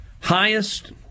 Highest